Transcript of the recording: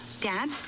Dad